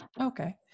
okay